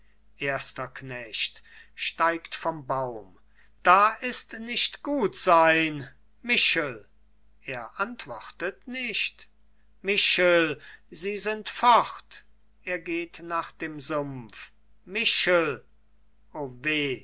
erster knecht steigt vom baum da ist nicht gut sein michel er antwortet nicht michel sie sind fort er geht nach dem sumpf michel o weh